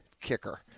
kicker